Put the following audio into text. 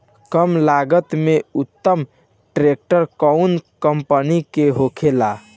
कम लागत में उत्तम ट्रैक्टर कउन कम्पनी के होखेला?